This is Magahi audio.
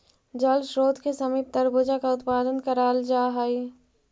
जल स्रोत के समीप तरबूजा का उत्पादन कराल जा हई